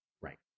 Right